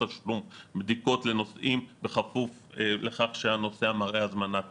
בדיקות לנוסעים בכפוף לכך שהנוסע מראה הזמנת טיסה.